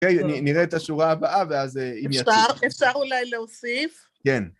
אוקיי, נראה את השורה הבאה, ואז אם יצא... אפשר אולי להוסיף? כן.